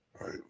Right